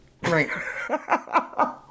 Right